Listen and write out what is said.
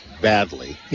badly